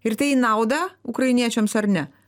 ir tai į naudą ukrainiečiams ar ne